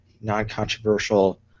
non-controversial